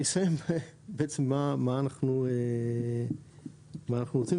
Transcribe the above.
אני אסיים בעצם במה שאנחנו רוצים.